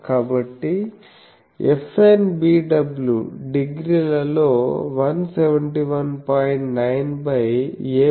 కాబట్టి FNBWడిగ్రీలలో 171